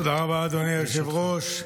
תודה רבה, אדוני היושב-ראש.